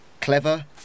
Clever